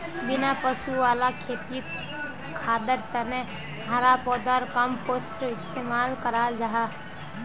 बिना पशु वाला खेतित खादर तने हरा पौधार कम्पोस्ट इस्तेमाल कराल जाहा